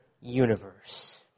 universe